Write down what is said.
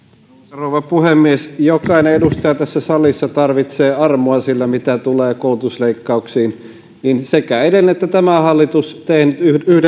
rouva puhemies jokainen edustaja tässä salissa tarvitsee armoa siinä mitä tulee koulutusleikkauksiin sekä edellinen että tämä hallitus tekivät yhden